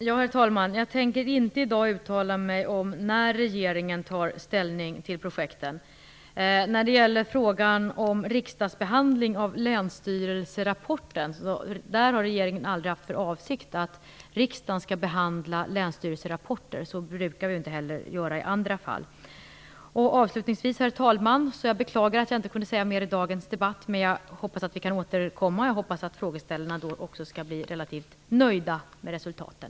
Herr talman! Jag tänker inte i dag uttala mig om när regeringen tar ställning till projekten. När det gäller frågan om riksdagsbehandling av länsstyrelserapporten har regeringen aldrig haft för avsikt att det skall bli någon sådan. Så brukar vi inte heller göra i andra fall. Avslutningsvis, herr talman, beklagar jag att jag inte kunde säga mer i dagens debatt, men jag hoppas att vi kan återkomma. Jag hoppas också att frågeställarna då skall bli relativt nöjda med resultaten.